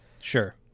Sure